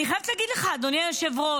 אני חייבת להגיד לך, אדוני היושב-ראש,